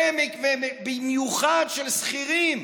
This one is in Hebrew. ובמיוחד של שכירים